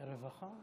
הרווחה.